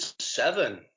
seven